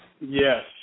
Yes